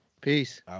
Peace